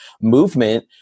Movement